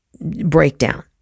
breakdown